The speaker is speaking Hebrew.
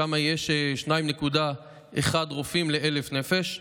שם יש 2.1 רופאים ל-1,000 נפש,